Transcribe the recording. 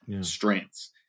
strengths